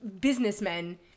businessmen